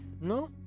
no